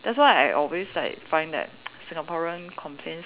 that's why I always like find that Singaporean complains